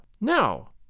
now